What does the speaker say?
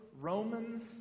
Romans